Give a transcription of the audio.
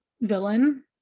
villain